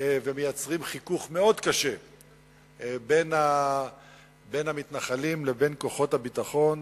ומייצרים חיכוך מאוד קשה בין המתנחלים לבין כוחות הביטחון,